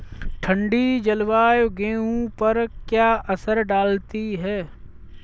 ठंडी जलवायु गेहूँ पर क्या असर डालती है?